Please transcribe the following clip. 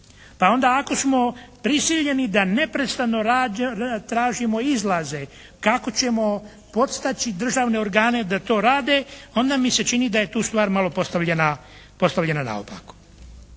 Pa onda ako smo prisiljeni da neprestano tražimo izlaze kako ćemo podstaći državne organe da to rade, onda mi se čini da je tu stvar malo postavljena naopako.